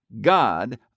God